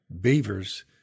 beavers